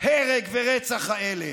ההרג והרצח האלה.